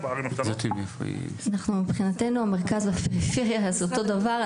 מבחינתי הפריפריה והמרכז זה אותו הדבר,